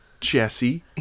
Jesse